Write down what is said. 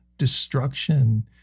destruction